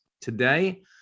today